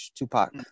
Tupac